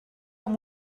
amb